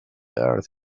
earth